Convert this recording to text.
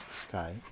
sky